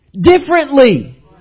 differently